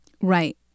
Right